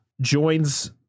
joins